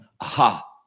aha